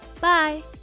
Bye